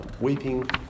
Weeping